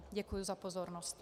Děkuji za pozornost.